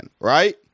Right